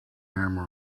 hammer